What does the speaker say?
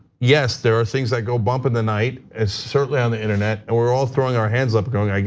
yes there are things that go bumping tonight and certainly on the internet. and we're all throwing our hands up going, like